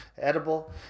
edible